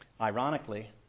Ironically